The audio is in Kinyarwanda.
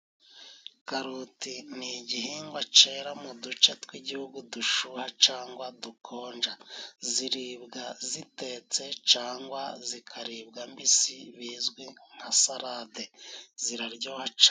Karoti ni igihingwa cera mu duce tw'igihugu dushuha cangwa dukonja. Ziribwa zitetse cangwa zikaribwa mbisi bizwi nka sarade. Ziraryoha cane.